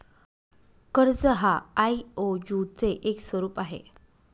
कर्ज हा आई.ओ.यु चे एक स्वरूप आहे